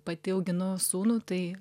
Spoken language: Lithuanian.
pati auginu sūnų tai